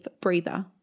breather